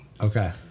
Okay